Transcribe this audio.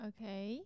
Okay